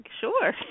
sure